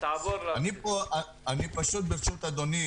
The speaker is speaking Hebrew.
ברשות אדוני